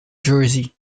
jersey